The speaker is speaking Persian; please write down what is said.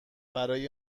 برای